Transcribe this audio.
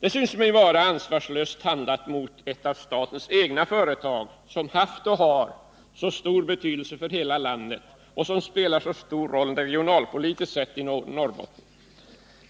Det synes mig vara ansvarslöst handlat mot ett av statens egna företag, som haft och har så stor betydelse för hela landet och som i Norrbotten spelar så stor roll regionalpolitiskt sett.